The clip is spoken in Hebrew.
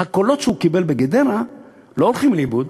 הקולות שהוא קיבל בגדרה לא הולכים לאיבוד,